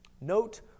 Note